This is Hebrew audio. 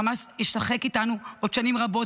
חמאס ישחק איתנו עוד שנים רבות,